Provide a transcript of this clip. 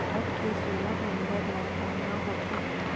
card के सोलह number ल डालना होथे